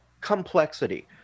Complexity